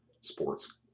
sports